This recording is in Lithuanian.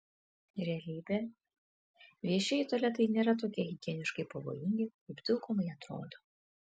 realybė viešieji tualetai nėra tokie higieniškai pavojingi kaip daugumai atrodo